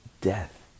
death